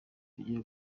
tugiye